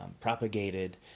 propagated